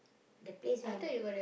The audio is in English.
the place where I'm